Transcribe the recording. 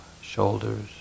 shoulders